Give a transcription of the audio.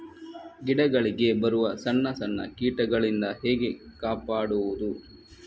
ಗಿಡಗಳಿಗೆ ಬರುವ ಸಣ್ಣ ಸಣ್ಣ ಕೀಟಗಳಿಂದ ಹೇಗೆ ಕಾಪಾಡುವುದು?